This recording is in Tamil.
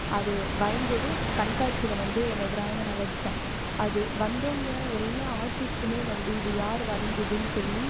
அது வரஞ்சது கண்காட்சியில் வந்து என்னோட ட்ராயிங்கை நான் வச்சே அது வந்தோங்க எல்லா ஆர்ட்டிஸ்டுமே வந்து இது யார் வரஞ்சதுன்னு சொல்லி